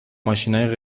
ماشینای